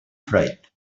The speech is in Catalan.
freud